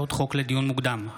לדיון מוקדם,